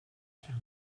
altre